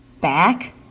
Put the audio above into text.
Back